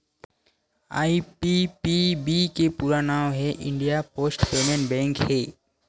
IPPB के पूरा नांव हे इंडिया पोस्ट पेमेंट बेंक हे